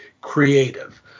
creative